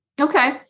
Okay